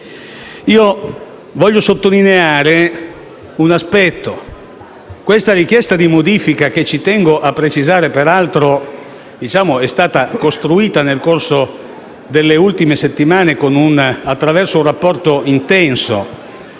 Io vorrei sottolineare che questa richiesta di modifica, che - ci tengo a precisarlo - è stata costruita nel corso delle ultime settimane attraverso un rapporto intenso